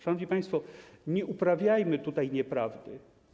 Szanowni państwo, nie uprawiajmy nieprawdy.